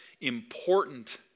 important